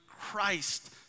Christ